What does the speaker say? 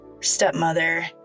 stepmother